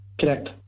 Correct